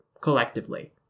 collectively